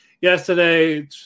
yesterday